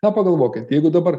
na pagalvokit jeigu dabar